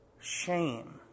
shame